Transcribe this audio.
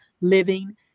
Living